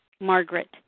Margaret